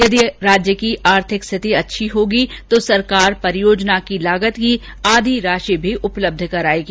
यदि राज्य की आर्थिक स्थिति अच्छी होगी तो सरकार परियोजना की लागत की आधी राषि भी उपलब्ध कराएगी